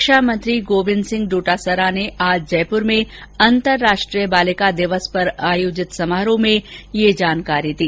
शिक्षा मंत्री गोविंद सिंह डोटसरा ने आज जयपुर में अंतरराष्ट्रीय बालिका दिवस पर आयोजित समारोह में ये जानकारी दी